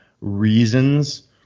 reasons